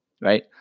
right